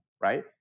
Right